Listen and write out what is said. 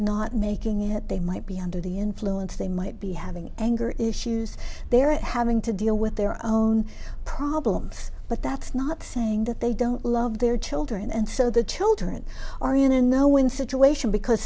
not making it they might be under the influence they might be having anger issues they're having to deal with their own problems but that's not saying that they don't love their children and so the children are in a no win situation because